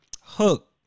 hook